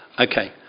Okay